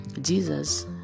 jesus